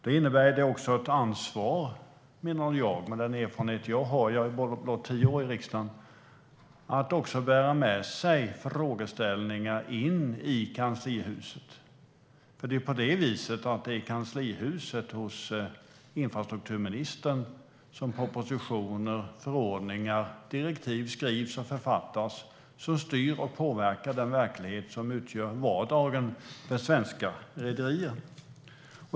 Det innebär också ett ansvar, menar jag med den erfarenhet jag har - jag har bara varit tio år i riksdagen - att också bära med sig frågeställningar in i kanslihuset. Det är i kanslihuset hos infrastrukturministern som propositioner, förordningar och direktiv skrivs och författas, och de styr och påverkar den verklighet som utgör vardagen för svenska rederier.